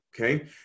okay